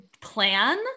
plan